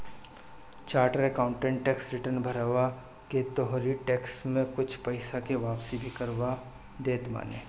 charter accountant tax return भरवा के तोहरी टेक्स में से कुछ पईसा के वापस भी करवा देत बाने